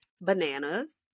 bananas